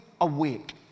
awake